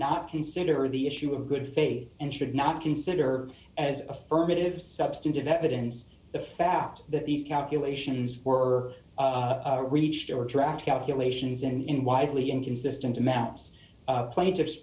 not consider the issue of good faith and should not consider as affirmative substantive evidence the fact that these calculations for reached our draft calculations and in widely inconsistent amounts plaintiff